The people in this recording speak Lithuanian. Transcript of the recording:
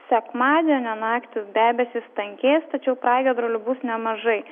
sekmadienio naktį debesys tankės tačiau pragiedrulių bus nemažai